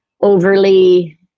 overly